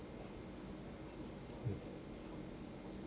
mm